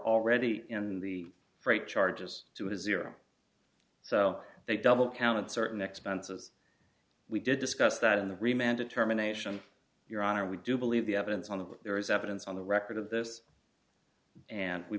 already in the freight charges to his zero so they double counted certain expenses we did discuss that in the riemann determination your honor we do believe the evidence of that there is evidence on the record of this and we